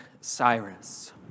Cyrus